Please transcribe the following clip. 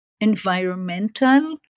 environmental